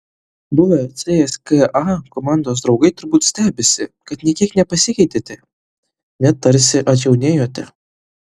buvę cska komandos draugai turbūt stebisi kad nė kiek nepasikeitėte net tarsi atjaunėjote